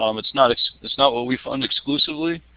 um it's not it's not what we fund exclusively,